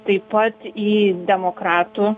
taip pat į demokratų